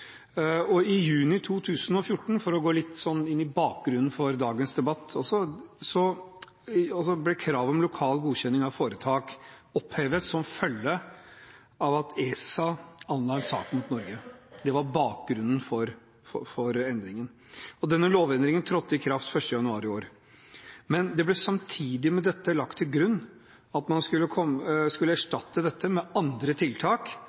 I juni 2014 – for å gå litt inn i bakgrunnen for dagens debatt også – ble kravet om lokal godkjenning av foretak opphevet som følge av at ESA anla sak mot Norge. Det var bakgrunnen for endringen. Denne lovendringen trådte i kraft 1. januar i år. Men det ble samtidig med dette lagt til grunn at man skulle erstatte dette med andre tiltak,